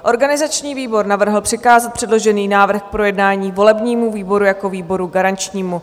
Organizační výbor navrhl přikázat předložený návrh k projednání volebnímu výboru jako výboru garančnímu.